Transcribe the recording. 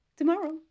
tomorrow